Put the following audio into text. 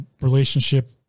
relationship